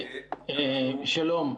שלום.